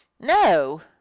no